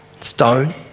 stone